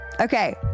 Okay